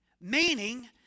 Meaning